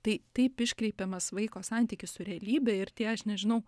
tai taip iškreipiamas vaiko santykis su realybe ir tie aš nežinau